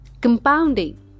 Compounding